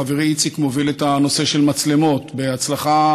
חברי איציק מוביל את הנושא של מצלמות בהצלחה,